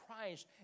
Christ